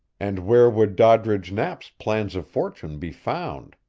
and where would doddridge knapp's plans of fortune be found?